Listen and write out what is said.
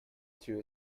too